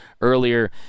earlier